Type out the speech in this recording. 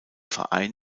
verein